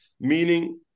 meaning